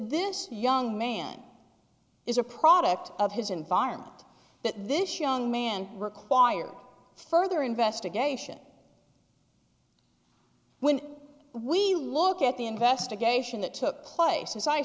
this young man is a product of his environment that this young man require further investigation when we look at the investigation that took place as i